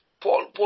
Paul